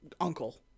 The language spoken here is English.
uncle